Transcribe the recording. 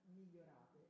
migliorate